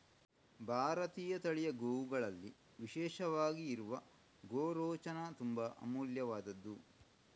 ಭಾರತೀಯ ತಳಿಯ ಗೋವುಗಳಲ್ಲಿ ವಿಶೇಷವಾಗಿ ಇರುವ ಗೋರೋಚನ ತುಂಬಾ ಅಮೂಲ್ಯವಾದ್ದು